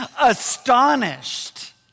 astonished